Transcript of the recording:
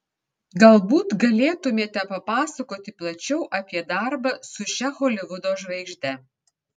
galbūt galėtumėte papasakoti plačiau apie darbą su šia holivudo žvaigžde